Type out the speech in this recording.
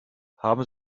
haben